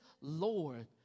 Lord